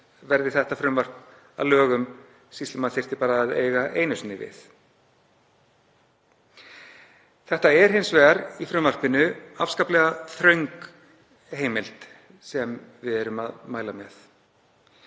verði þetta frumvarp að lögum, sýslumaður þyrfti bara að eiga einu sinni við. Það er hins vegar afskaplega þröng heimild sem við erum að mæla með